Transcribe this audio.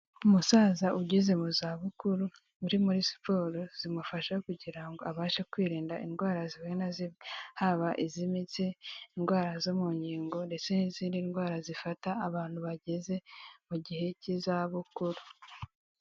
Umusaza ugeze mu za bukuru uri muri siporo zimufasha kugira ngo abashe kwirinda indwara zimwe na zimwe, haba iz'imitsi, indwara zo mu ngingo ndetse n'izindi ndwara zifata abantu bageze mu gihe cy'izabukuru.